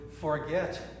forget